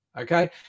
okay